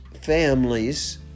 families